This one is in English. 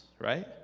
right